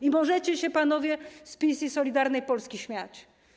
I możecie się panowie z PiS i Solidarnej Polski śmiać.